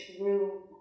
room